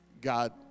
God